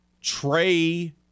Trey